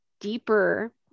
deeper